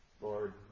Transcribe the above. Lord